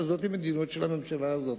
אבל זו המדיניות של הממשלה הזאת,